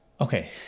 Okay